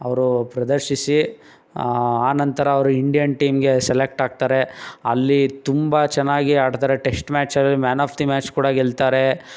ಅವರು ಪ್ರದರ್ಶಿಸಿ ಆನಂತರ ಅವರು ಇಂಡಿಯನ್ ಟೀಮ್ಗೆ ಸೆಲೆಕ್ಟ್ ಆಗ್ತಾರೆ ಅಲ್ಲಿ ತುಂಬ ಚೆನ್ನಾಗಿ ಆಡ್ತಾರೆ ಟೆಸ್ಟ್ ಮ್ಯಾಚಲ್ಲಿ ಮ್ಯಾನ್ ಆಫ್ ದಿ ಮ್ಯಾಚ್ ಕೂಡ ಗೆಲ್ತಾರೆ